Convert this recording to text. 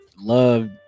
love